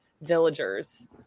villagers